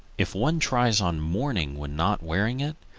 if one try on mourning when not wearing it,